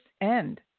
end